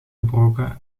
gebroken